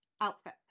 outfit